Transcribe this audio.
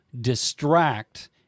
distract